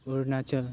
Arunachal